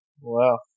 Wow